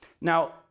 Now